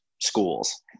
schools